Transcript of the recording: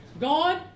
God